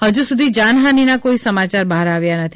હજુ સુધી જાનહાનિ ના કોઈ સમાચાર બહાર આવ્યા નથી